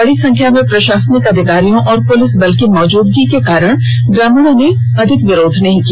बड़ी संख्या में प्रशासनिक अधिकारियों व पुलिस बल की मौजूदगी के कारण ग्रामीणों ने बहुत विरोध नहीं किया